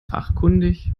fachkundig